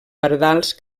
pardals